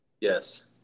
Yes